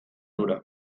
hura